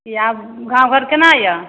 कि आब गामघर कोना यऽ